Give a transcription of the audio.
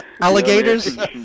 Alligators